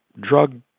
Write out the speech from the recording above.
drug